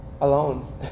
alone